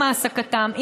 עם העסקתם,